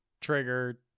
trigger